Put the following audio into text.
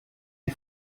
des